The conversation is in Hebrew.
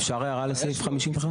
אפשר הערה לסעיף 51?